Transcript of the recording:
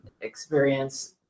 experience